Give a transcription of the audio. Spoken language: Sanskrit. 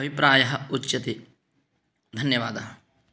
अभिप्रायः उच्यते धन्यवादः